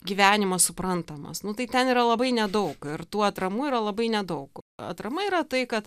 gyvenimas suprantamas nu tai ten yra labai nedaug ir tų atramų yra labai nedaug atrama yra tai kad